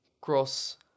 cross